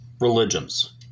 religions